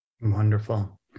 Wonderful